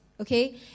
okay